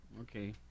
Okay